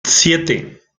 siete